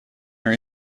her